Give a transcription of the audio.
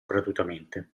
gratuitamente